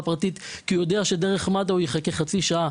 פרטית כי הוא יודע שדרך מד"א הוא יחכה חצי שעה,